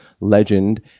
legend